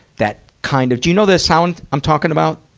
that kind of do you know the sound i'm talking about?